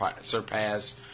surpass